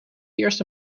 eerste